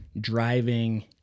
driving